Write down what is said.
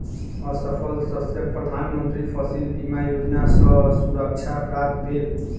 असफल शस्यक प्रधान मंत्री फसिल बीमा योजना सॅ सुरक्षा प्राप्त भेल